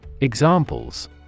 Examples